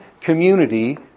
community